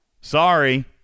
Sorry